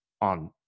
on